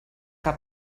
que